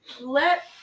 Let